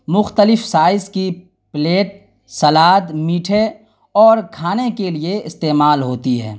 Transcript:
مختلف سائز کی plate salad میٹھے اور کھانے کے لیے استعمال ہوتی ہے